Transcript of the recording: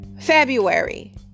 February